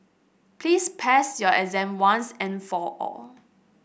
please pass your exam once and for all